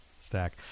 stack